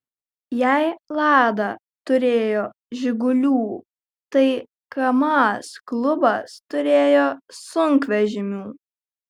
jei lada turėjo žigulių tai kamaz klubas turėjo sunkvežimių